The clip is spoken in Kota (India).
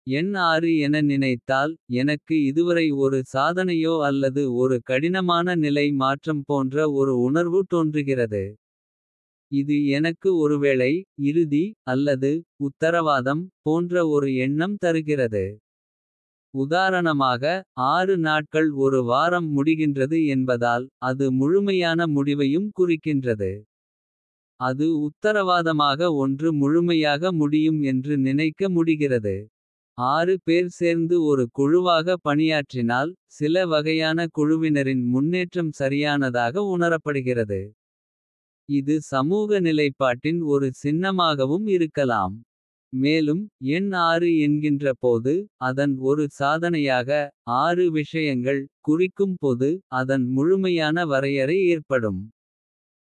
எண்என நினைத்தால் எனக்கு இதுவரை ஒரு சாதனையோ. அல்லது ஒரு கடினமான நிலை மாற்றம் போன்ற ஒரு. உணர்வு தோன்றுகிறது இது எனக்கு ஒருவேளை இறுதி. அல்லது உத்தரவாதம் போன்ற ஒரு எண்ணம் தருகிறது. உதாரணமாக ஆறு நாட்கள் ஒரு வாரம் முடிகின்றது என்பதால். அது முழுமையான முடிவையும் குறிக்கின்றது. அது உத்தரவாதமாக ஒன்று முழுமையாக முடியும். என்று நினைக்க முடிகிறது ஆறு பேர் சேர்ந்து ஒரு குழுவாக. பணியாற்றினால் சில வகையான குழுவினரின். முன்னேற்றம் சரியானதாக உணரப்படுகிறது. இது சமூக நிலைப்பாட்டின் ஒரு சின்னமாகவும் இருக்கலாம். மேலும் எண் என்கின்ற போது அதன் ஒரு சாதனையாக. ஆறு விஷயங்கள் குறிக்கும் பொது. அதன் முழுமையான வரையறை ஏற்படும்.